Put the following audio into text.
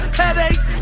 headache